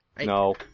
No